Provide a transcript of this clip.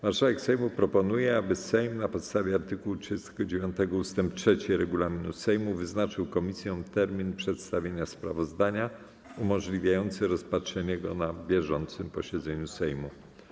Marszałek Sejmu proponuje, aby Sejm na podstawie art. 39 ust. 3 regulaminu Sejmu wyznaczył komisjom termin przedstawienia sprawozdania umożliwiający rozpatrzenie go na bieżącym posiedzeniu Sejmu.